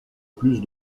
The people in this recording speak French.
plus